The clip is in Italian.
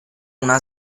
una